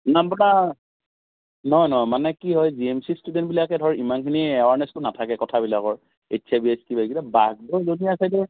নাই আপোনাৰ নহয় নহয় মানে কি হয় জি এম চি এইচৰ ষ্টুডেণ্টবিলাকে ধৰ ইমানখিনি এৱাৰনেচটো নাথাকে কথাবিলাকৰ এইচ আই ভি এইডচ কিবা কিবা বাঘবৰ জনিয়া চাইদে